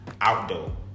outdoor